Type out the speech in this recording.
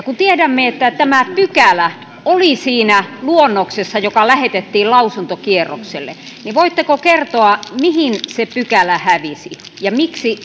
kun tiedämme että tämä pykälä oli siinä luonnoksessa joka lähetettiin lausuntokierrokselle niin voitteko kertoa mihin se pykälä hävisi ja miksi